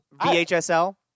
VHSL